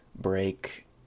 break